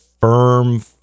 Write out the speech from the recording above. firm